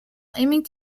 aiming